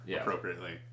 appropriately